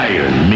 Iron